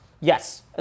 Yes